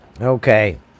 Okay